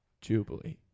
Jubilee